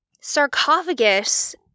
sarcophagus